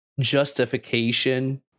justification